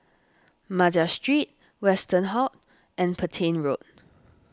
Madras Street Westerhout Road and Petain Road